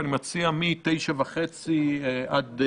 ואני מציע מ-9:30 עד